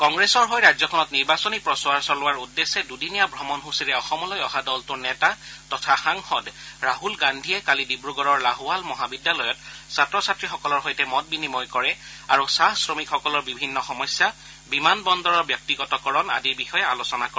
কংগ্ৰেছৰ হৈ ৰাজ্যখনত নিৰ্বাচনী প্ৰচাৰ চলোৱাৰ উদ্দেশ্যে দুদিনীয়া ভ্ৰমণ সূচীৰে অসমলৈ অহা দলটোৰ নেতা তথা সাংসদ ৰাছল গান্ধীয়ে কালি ডিব্ৰগড়ৰ লাহোৱাল মহাবিদ্যালয়ত ছাত্ৰ ছাত্ৰীসকলৰ সৈতে মত বিনিময় কৰে আৰু চাহ শ্ৰমিকসকলৰ বিভিন্ন সমস্যা বিমান বন্দৰৰ ব্যক্তিগতকৰণ আদিৰ বিষয়ে আলোচনা কৰে